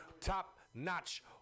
top-notch